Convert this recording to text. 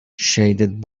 shaded